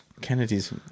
Kennedy's